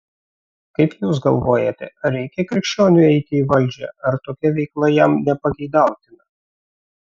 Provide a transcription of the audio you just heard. kaip jūs galvojate ar reikia krikščioniui eiti į valdžią ar tokia veikla jam nepageidautina